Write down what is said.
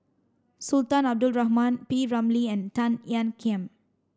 Sultan Abdul Rahman P Ramlee and Tan Ean Kiam